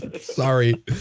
Sorry